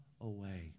away